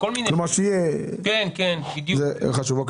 זה חשוב.